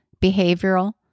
behavioral